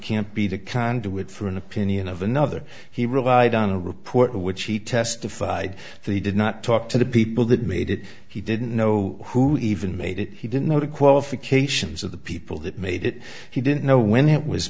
can't be the conduit for an opinion of another he relied on a report which he testified that he did not talk to the people that made it he didn't know who even made it he didn't know the qualifications of the people that made it he didn't know when it was